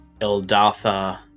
Eldatha